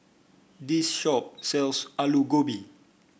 this shop sells Aloo Gobi